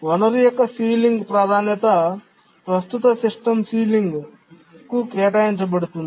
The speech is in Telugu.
వనరు యొక్క సీలింగ్ ప్రాధాన్యత ప్రస్తుత సిస్టమ్ సీలింగ్కు కేటాయించబడుతుంది